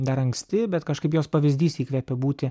dar anksti bet kažkaip jos pavyzdys įkvėpė būti